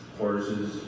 horses